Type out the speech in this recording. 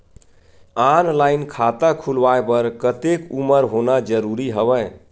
Online खाता खुलवाय बर कतेक उमर होना जरूरी हवय?